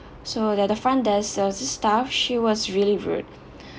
so at the front desk there was this staff she was really rude